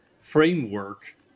framework